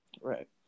right